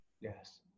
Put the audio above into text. Yes